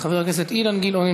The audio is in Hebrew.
חבר הכנסת אילן גילאון,